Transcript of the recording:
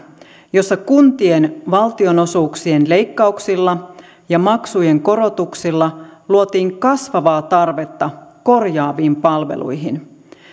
jossa kuntien valtionosuuksien leikkauksilla ja maksujen korotuksilla luotiin kasvavaa tarvetta korjaaviin palveluihin